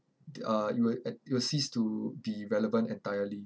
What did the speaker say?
uh it will e~ it will cease to be relevant entirely